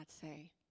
say